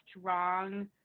strong